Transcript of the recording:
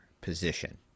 position